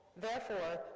therefore,